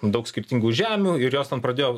daug skirtingų žemių ir jos ten pradėjo